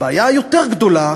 הבעיה היותר-גדולה